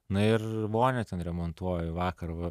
na ir vonią ten remontuoju vakar va